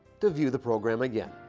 to view the program again.